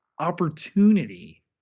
opportunity